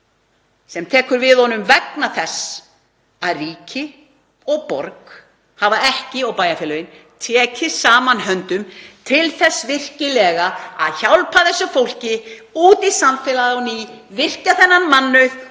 sem tekur við honum vegna þess að ríki og borg og bæjarfélögin hafa ekki tekið saman höndum til þess virkilega að hjálpa þessu fólki út í samfélagið á ný, virkja þennan mannauð,